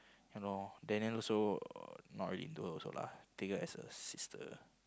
ya loh Daniel also not really into her also lah take her as a sister